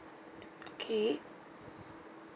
t~ okay